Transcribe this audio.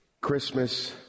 Christmas